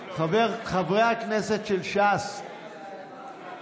חברי הכנסת של ש"ס,